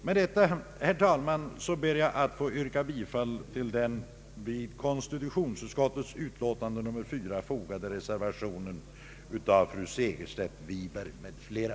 Med detta ber jag, herr talman, att få yrka bifall till den vid konstitutionsutskottets utlåtande nr 34 fogade reservationen 1 av fru Segerstedt Wiberg m.fl.